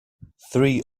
three